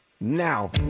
now